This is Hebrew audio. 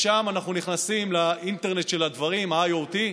שם אנחנו נכנסים ל"אינטרנט של הדברים", ה-IOT,